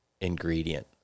ingredient